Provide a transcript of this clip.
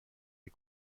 les